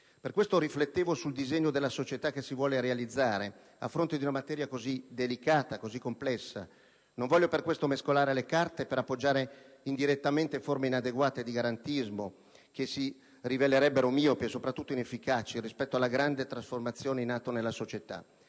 Per questo riflettevo sul disegno della società che si vuole realizzare, a fronte di una materia così delicata e complessa: non voglio per questo mescolare le carte per appoggiare indirettamente forme di inadeguato garantismo, che si rivelerebbero miopi e soprattutto inefficaci rispetto alla grande trasformazione in atto nella società.